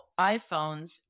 iPhones